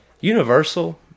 universal